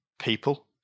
people